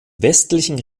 westlichen